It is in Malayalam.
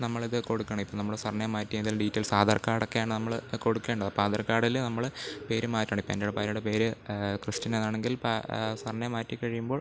നമ്മളത് കൊടുക്കണം ഇപ്പം നമ്മൾ സർനെയിം മാറ്റി എന്തെങ്കിലും ഡീറ്റെയിൽസ് ആധാർ കാർഡ് ഒക്കെയാണ് നമ്മൾ കൊടുക്കേണ്ടത് അപ്പോൾ ആധാർ കാർഡിൽ നമ്മൾ പേരും മാറ്റണിം ഇപ്പോൾ എൻ്റെ ഭാര്യയുടെ പേര് ക്രിസ്റ്റീന എന്നാണെങ്കിൽ ഇപ്പോൾ സർനെയിം മാറ്റി കഴിയുമ്പോൾ